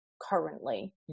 currently